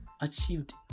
achieved